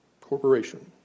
corporation